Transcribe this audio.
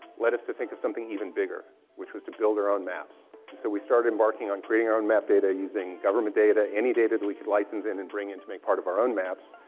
let us to think of something even bigger, which was to build our own maps. and so we started embarking on creating our own map data, using government data, any data that we could license in and bring in to make part of our own maps.